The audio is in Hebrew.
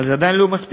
אבל זה עדיין לא מספיק.